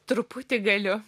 truputį galiu